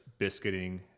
biscuiting